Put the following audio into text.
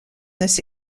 this